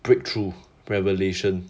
breakthrough revelation